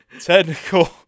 technical